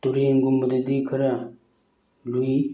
ꯇꯨꯔꯦꯜꯒꯨꯝꯕꯗꯗꯤ ꯈꯔ ꯂꯨꯏ